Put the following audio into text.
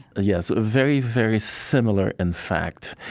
yes, very, very similar, in fact.